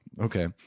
Okay